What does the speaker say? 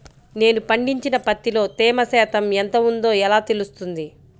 నేను పండించిన పత్తిలో తేమ శాతం ఎంత ఉందో ఎలా తెలుస్తుంది?